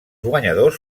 guanyadors